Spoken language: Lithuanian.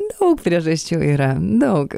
daug priežasčių yra daug